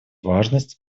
важность